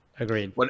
agreed